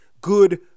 good